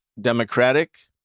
Democratic